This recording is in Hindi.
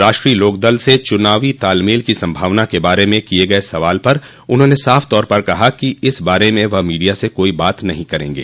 राष्ट्रीय लोकदल से चुनावी तालमेल की संभावना के बारे में किये गये सवाल पर उन्होंने साफ तौर पर कहा कि इस बारे में वह मीडिया से कोई बात नहीं करेंगे